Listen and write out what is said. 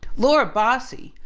laura bassi,